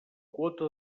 quota